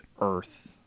earth